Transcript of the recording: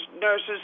nurses